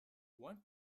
one